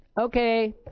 Okay